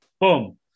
Boom